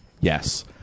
yes